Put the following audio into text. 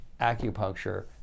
acupuncture